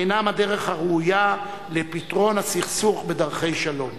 אינם הדרך הראויה לפתרון סכסוכים בדרכי שלום.